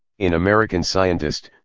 in american scientist,